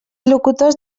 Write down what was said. locutors